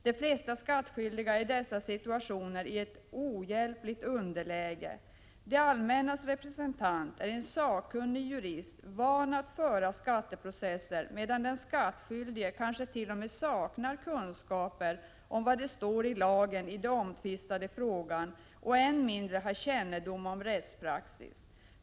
De flesta skattskyldiga är i dessa situationer i ett ohjälpligt underläge. Det allmännas representant är en sakkunnig jurist, van att föra skatteprocesser, medan den skattskyldige kanske t.o.m. saknar kunskaper om vad det står i lagen i den omtvistade frågan och än mindre har kännedom om rättspraxis.